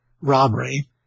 robbery